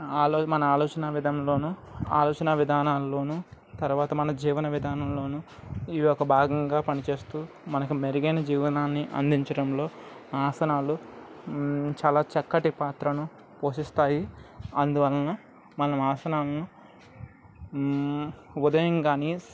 ఆలో మన ఆలోచన విధంలో ఆలోచన విధానాలలో తర్వాత మన జీవన విధానంలో ఇవొక భాగంగా పనిచేస్తు మనకు మెరుగైన జీవనాన్ని అందించడంలో ఆసనాలు చాలా చక్కటి పాత్రను పోషిస్తాయి అందువలన మన ఆసనాలను ఉదయం కానీ